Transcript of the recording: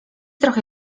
trochę